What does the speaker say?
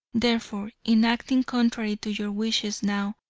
therefore, in acting contrary to your wishes now,